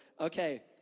Okay